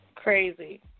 Crazy